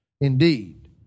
indeed